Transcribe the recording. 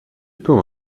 peut